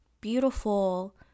beautiful